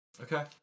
Okay